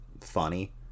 funny